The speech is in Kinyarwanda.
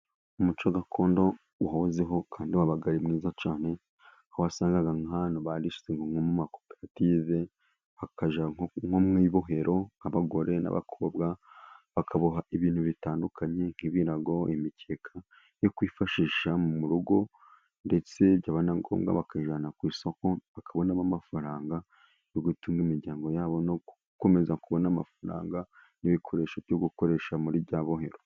Umucyo gakondo wahozeho, kandi wabaga ari mwiza cyane. Aho wasangaga nk'abantu barishyize hamwe mu makoperative bakajya nko mu ibohero, nk'abagore n'abakobwa bakaboha ibintu bitandukanye, nk'ibirago, imikeka yo kwifashisha mu rugo, ndetse byaba na ngombwa bakabijyana ku isoko, bakabonamo amafaranga yo gutunga imiryango yabo, no gukomeza kubona amafaranga n'ibikoresho byo gukoresha muri rya bohero.